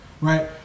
right